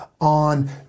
on